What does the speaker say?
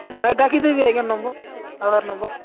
ନାଇଁ ଡାକିଦେବି ଆଜ୍ଞା ନମ୍ବର୍ ଆଧାର୍ ନମ୍ବର୍